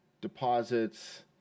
deposits